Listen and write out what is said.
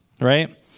right